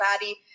body